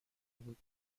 بود